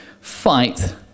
fight